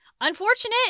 Unfortunate